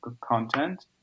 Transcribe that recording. content